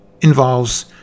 involves